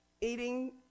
eating